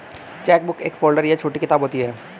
chequebook एक folder या छोटी किताब होती है